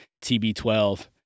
TB12